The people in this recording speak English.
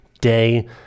day